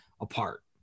apart